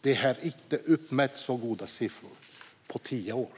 Det har inte uppmätts så goda siffror på tio år.